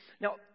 Now